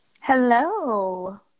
Hello